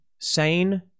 Sane